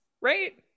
right